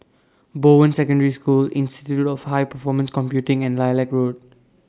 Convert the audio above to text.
Bowen Secondary School Institute of High Performance Computing and Lilac Road